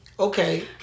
Okay